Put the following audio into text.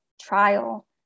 trial